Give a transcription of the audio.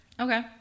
okay